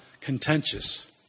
contentious